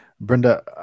Brenda